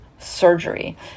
Surgery